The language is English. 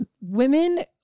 women